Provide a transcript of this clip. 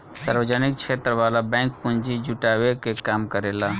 सार्वजनिक क्षेत्र वाला बैंक पूंजी जुटावे के काम करेला